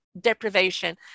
deprivation